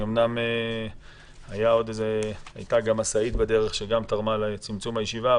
אמנם הייתה גם משאית בדרך שתרמה לצמצום הישיבה.